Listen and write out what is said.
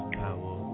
power